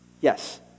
Yes